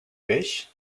peix